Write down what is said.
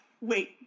Wait